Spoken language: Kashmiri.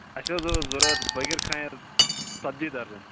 اَسہِ حظ اوس ضروٗرت بٲکِر کھانٮ۪س ژتجی درجن